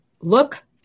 look